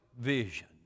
vision